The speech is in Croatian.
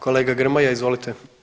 Kolega Grmoja, izvolite.